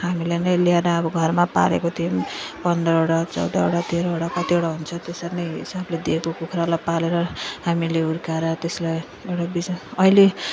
हामीलाई नै ल्याएर अब घरमा पालेका थियौँ पन्ध्रवटा चौधवटा तेह्रवटा कतिवटा हुन्छ त्यसरी नै हिसाबले दिएको कुखुरालाई पालेर हामीले हुर्काएर त्यसलाई एउटा बिजिनेस अहिले